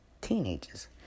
teenagers